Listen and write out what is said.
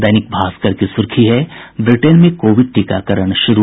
दैनिक भास्कर की सुर्खी है ब्रिटेन में कोविड टीकाकरण शुरू